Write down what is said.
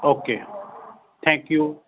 okay thank you